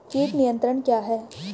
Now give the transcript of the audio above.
कीट नियंत्रण क्या है?